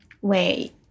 Wait